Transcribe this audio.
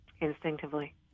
instinctively